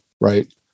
right